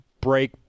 break